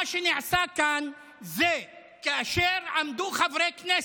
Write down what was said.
מה שנעשה כאן זה שכאשר עמדו חברי כנסת,